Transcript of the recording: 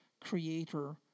creator